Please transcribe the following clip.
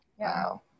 Wow